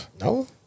No